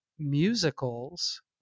musicals